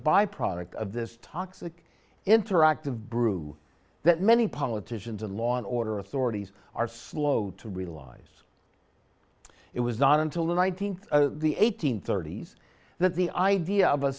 byproduct of this toxic interactive brew that many politicians and law and order authorities are slow to realize it was not until the nineteenth the eighteenth thirty's that the idea of a